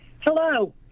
Hello